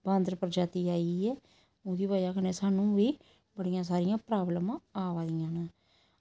बांदर प्रजाति आई गेई ऐ ओह्दी बजह कन्नै सानू बी बड़ियां सारियां प्राब्लमां आवा दियां न